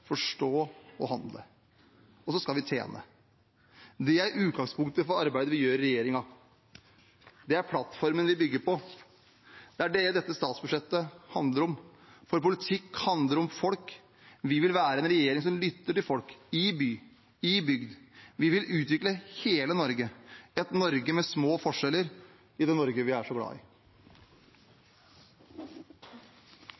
forstå og handle. Og så skal vi tjene. Det er utgangspunktet for arbeidet vi gjør i regjeringen. Det er plattformen vi bygger på. Det er det dette statsbudsjettet handler om. For politikk handler om folk. Vi vil være en regjering som lytter til folk – i by og i bygd. Vi vil utvikle hele Norge til et Norge med små forskjeller i det Norge vi er så glad i.